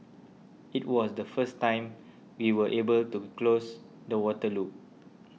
it was the first time we were able to close the water loop